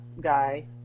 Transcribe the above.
guy